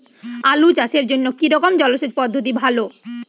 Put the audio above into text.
আলু চাষের জন্য কী রকম জলসেচ পদ্ধতি ভালো?